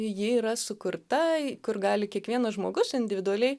ji yra sukurta kur gali kiekvienas žmogus individualiai